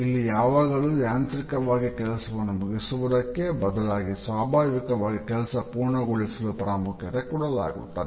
ಇಲ್ಲಿ ಯಾವಾಗಲೂ ಯಾಂತ್ರಿಕವಾಗಿ ಕೆಲಸವನ್ನು ಮುಗಿಸುವುದಕ್ಕೆ ಬದಲಾಗಿ ಸ್ವಾಭಾವಿಕವಾಗಿ ಕೆಲಸ ಪೂರ್ಣಗೊಳಿಸಲು ಪ್ರಾಮುಖ್ಯತೆ ಕೊಡಲಾಗುತ್ತದೆ